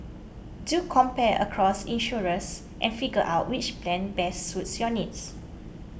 do compare across insurers and figure out which plan best suits your needs